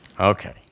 Okay